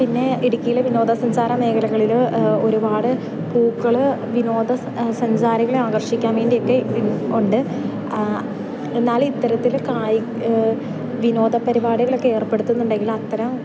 പിന്നേ ഇടുക്കിയിലെ വിനോദസഞ്ചാര മേഖലകളിൽ ഒരുപാട് പൂക്കൾ വിനോദ സഞ്ചാരികളെ ആകർഷിക്കാൻ വേണ്ടിയൊക്കെ ഇത് ഉണ്ട് എന്നാൽ ഇത്തരത്തിൽ കായിക വിനോദ പരിപാടികളൊക്കെ ഏർപ്പെടുത്തുന്നുണ്ടെങ്കിൽ അത്തരം